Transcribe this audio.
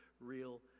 real